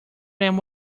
name